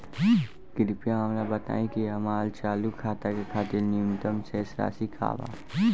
कृपया हमरा बताइ कि हमार चालू खाता के खातिर न्यूनतम शेष राशि का बा